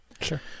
Sure